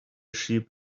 sheep